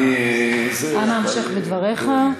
אנא המשך בדבריך.